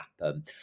happen